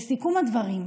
לסיכום הדברים,